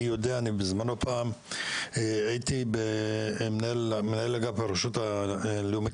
אני יודע כי בזמנו הייתי מנהל אגף הרשות הלאומית